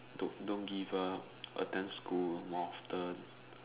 don't don't give up attend school more often